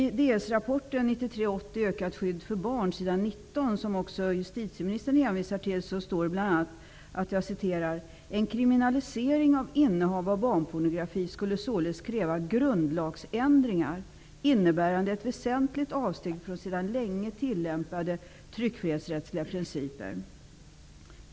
I departementspromemorian Ds 1993:80 Ökat skydd för barn, som också justitieministern hänvisar till, framhålls på s. 19: ''En kriminalisering av innehav av barnpornografi skulle således kräva grundlagsändringar innebärande ett väsentligt avsteg från sedan länge tillämpade tryckfrihetsrättsliga principer.